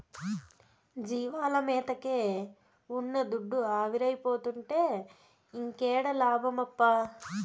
జీవాల మేతకే ఉన్న దుడ్డు ఆవిరైపోతుంటే ఇంకేడ లాభమప్పా